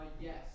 yes